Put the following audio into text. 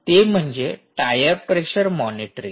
ते म्हणजे tyre pressure monitoring